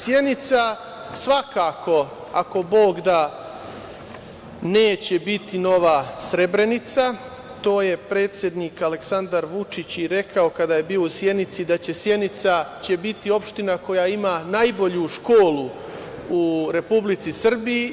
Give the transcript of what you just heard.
Sjenica svakako, ako Bog da, neće biti nova Srebrenica, to je predsednik Aleksandar Vučić i rekao kada je bio u Sjenici, da će Sjenica biti opština koja ima najbolju školu u Republici Srbiji.